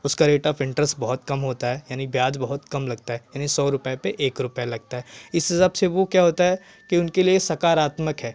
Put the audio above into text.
उसका rate of interest बहुत कम होता है यानी व्याज बहुत कम लगता है यानी सौ रुपए पर एक रुपया लगता है इस हिसाब से वह क्या होता है कि उनके लिए सकारात्मक है